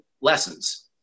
lessons